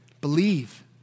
Believe